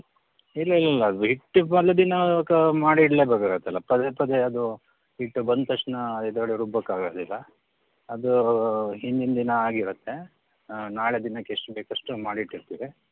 ಇಲ್ಲ ಇಲ್ಲ ಇಲ್ಲ ಇಲ್ಲ ಅದು ಹಿಟ್ಟು ದಿನ ಕ ಮಾಡಿಡಲೇ ಬೇಕಾಗತ್ತಲ್ಲ ಪದೇ ಪದೇ ಅದು ಹಿಟ್ಟು ಬಂದು ತಕ್ಷಣ ಇದು ಹೇಳಿ ರುಬ್ಬಕ್ಕಾಗೋದಿಲ್ಲ ಅದು ಹಿಂದಿನ ದಿನ ಆಗಿರುತ್ತೆ ನಾಳೆ ದಿನಕ್ಕೆ ಎಷ್ಟು ಬೇಕು ಅಷ್ಟು ಮಾಡಿಟ್ಟಿರ್ತೀವಿ